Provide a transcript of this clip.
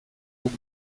guk